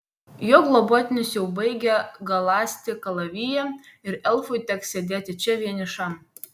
jo globotinis jau baigia galąsti kalaviją ir elfui teks sėdėti čia vienišam